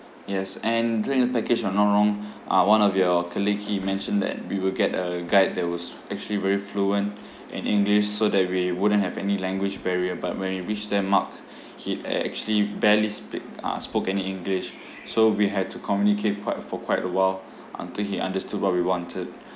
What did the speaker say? yes and according to the package if I'm not wrong uh one of your colleague he mentioned that we will get a guide that was actually very fluent in english so that we wouldn't have any language barrier but when we reached there mark he uh actually barely speak uh spoke any english so we had to communicate quite for quite a while until he understood what we wanted